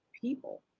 people